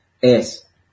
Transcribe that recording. es